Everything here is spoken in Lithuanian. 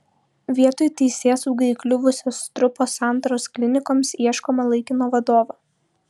vietoj teisėsaugai įkliuvusio strupo santaros klinikoms ieškoma laikino vadovo